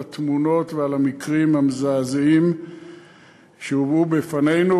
על התמונות ועל המקרים המזעזעים שהובאו בפנינו